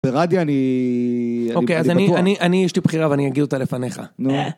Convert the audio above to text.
ברדיה, אני בטוח. אוקיי, אז אני יש לי בחירה ואני אגיד אותה לפניך. נו.